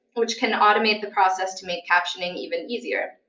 which can automate the process to make captioning even easier.